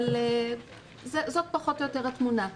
אבל זאת פחות או יותר התמונה.